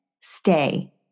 stay